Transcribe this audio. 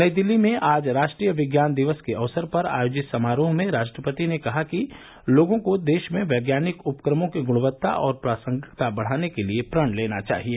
नई दिल्ली में आज राष्ट्रीय विज्ञान दिवस के अवसर पर आयोजित समारोह में राष्ट्रपति ने कहा कि लोगों को देश में वैज्ञानिक उपक्रमों की गुणक्ता और प्रासंगिकता बढ़ाने के लिए प्रण लेना चाहिए